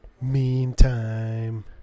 Meantime